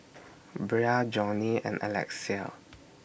Bria Johney and Alexia